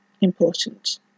important